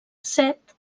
set